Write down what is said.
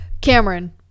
Cameron